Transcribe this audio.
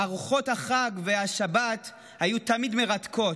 ארוחות החג והשבת היו תמיד מרתקות.